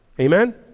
Amen